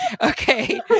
okay